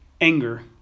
anger